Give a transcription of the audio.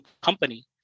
company